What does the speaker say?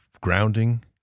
grounding